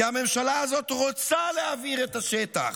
כי הממשלה הזאת רוצה להבעיר את השטח,